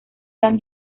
san